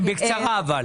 אבל בקצרה.